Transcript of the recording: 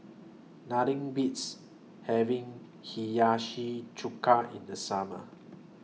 Nothing Beats having Hiyashi Chuka in The Summer